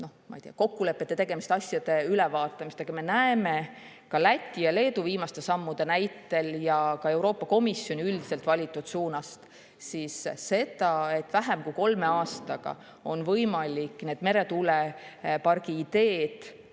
kokkulepete tegemist, asjade ülevaatamist. Me näeme Läti ja Leedu viimaste sammude näitel ja ka Euroopa Komisjoni üldiselt valitud suunast seda, et vähem kui kolme aastaga on võimalik meretuulepargi ideest